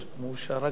מאושר רק בלילה.